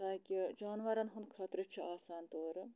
تاکہِ جانوَرَن ہُنٛد خٲطرٕ چھِ آسان تورٕ